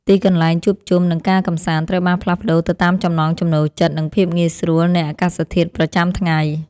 ទីកន្លែងជួបជុំ និងការកម្សាន្តត្រូវបានផ្លាស់ប្តូរទៅតាមចំណង់ចំណូលចិត្ត និងភាពងាយស្រួលនៃអាកាសធាតុប្រចាំថ្ងៃ។